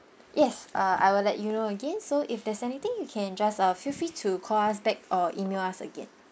yes uh I will let you know again so if there's anything you can just uh feel free to call us back or email us again